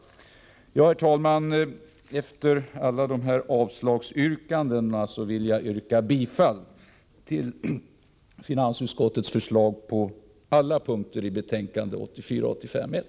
Herr talman! Efter alla dessa avslagsyrkanden vill jag yrka bifall till finansutskottets hemställan på alla punkter i betänkande 1.